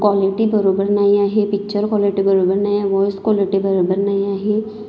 quality बरोबर नाही आहे पिक्चर क्वॉलिटी बरोबर नाही आहे व्हॉइस क्वॉलिटी बरोबर नाही आहे